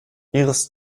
iris